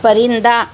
پرندہ